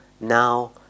now